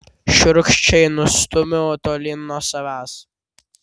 šiurkščiai nustumiu tolyn nuo savęs